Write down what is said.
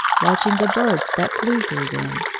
watching the birds that flew through them.